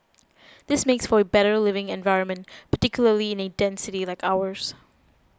this makes for a better living environment particularly in a dense city like ours